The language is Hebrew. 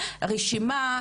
רשימה,